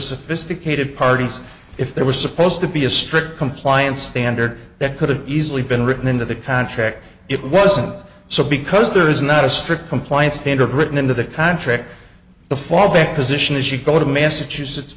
sophisticated parties if there was supposed to be a strict compliance standard that could have easily been written into the contract it wasn't so because there is not a strict compliance standard written into the contract the fallback position is you go to massachusetts